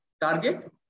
target